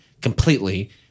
completely